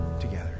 together